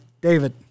david